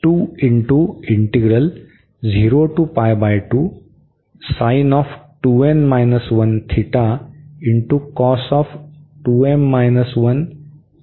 तर हे होणार आहे